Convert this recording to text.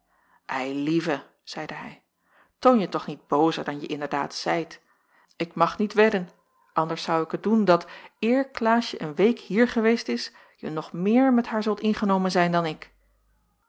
eilieve zeide hij toonje toch niet boozer dan je inderdaad zijt ik mag niet wedden anders zou ik het doen dat eer klaasje een week hier geweest is je nog meer met haar zult ingenomen zijn dan ik